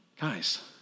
guys